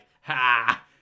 ha